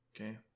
Okay